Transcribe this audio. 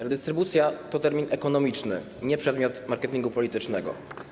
Redystrybucja” to termin ekonomiczny, nie przedmiot marketingu politycznego.